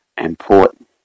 important